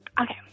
okay